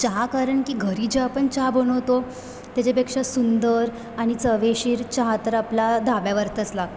चहा कारण की घरी जे आपण चहा बनवतो त्याच्यापेक्षा सुंदर आणि चवेशीर चहा तर आपला धाब्यावरचाच लागतो